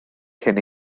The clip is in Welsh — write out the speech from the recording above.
cyn